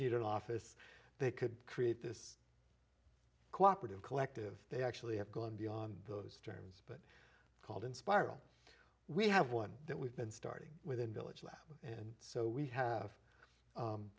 need an office they could create this cooperative collective they actually have gone beyond those terms called inspiral we have one that we've been starting with in village lab and so we have